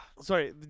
Sorry